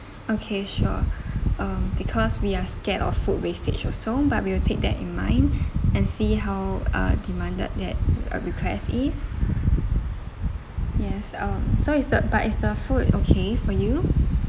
okay sure um because we are scared of food wastage also but we'll take that in mind and see how uh demanded that a request is yes um so is the but is the food okay for you